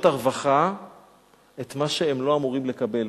הרווחה את מה שהם לא אמורים לקבל,